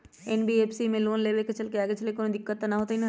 NBFC से loan लेबे से आगेचलके कौनो दिक्कत त न होतई न?